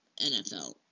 NFL